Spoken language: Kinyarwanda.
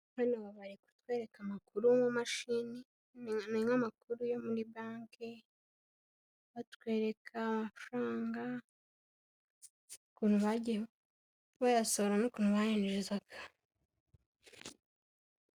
Hano aba bari kutwereka amakuru mu mashini, ni nk'amakuru yo muri banke, batwereka amafaranga ukuntu bagiye bayasohora n'ukuntu bayinjizaga.